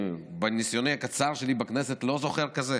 מניסיוני הקצר בכנסת אני לא זוכר כזה.